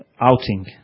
outing